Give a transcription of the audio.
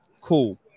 cool